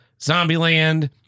Zombieland